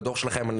בדוח שלכם,